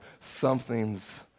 Something's